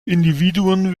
individuen